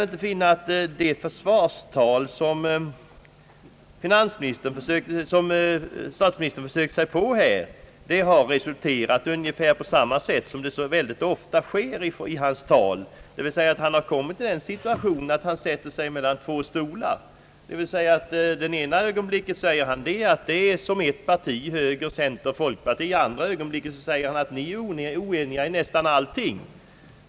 Det försvarstal som statsministern försökte sig på att hålla här resulterade ungefär på samma sätt som hans tal brukar göra, dvs. han sätter sig mellan två stolar. I ena ögonblicket säger han att högern, centern och folkpartiet är i stort sett ett parti, i andra ögonblicket säger han att vi är oeniga i nästan allting.